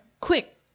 Quick